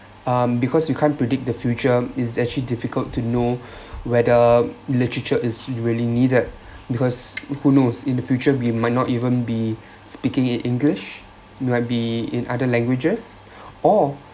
um because you can't predict the future is actually difficult to know whether literature is really needed because who knows in the future we might not even be speaking in english might be in other languages or